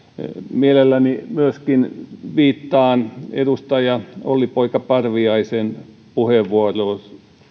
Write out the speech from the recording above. mielelläni myöskin viittaan edustaja olli poika parviaisen puheenvuoroon